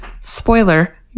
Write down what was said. spoiler